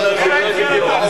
שוחד לחיילים שיסרבו פקודה.